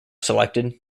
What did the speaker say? selected